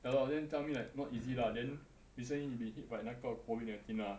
ya lor then tell me like not easy lah then recently he been hit by 那个 COVID nineteen lah